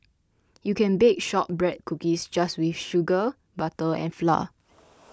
you can bake Shortbread Cookies just with sugar butter and flour